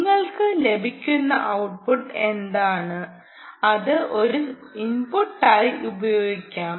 നിങ്ങൾക്ക് ലഭിക്കുന്ന ഔട്ട്പുട്ട് എന്താണ് അത് ഒരു ഇൻപുട്ടായി ഉപയോഗിക്കാം